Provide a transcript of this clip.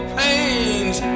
pains